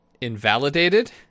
Invalidated